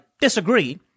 disagree